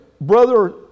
brother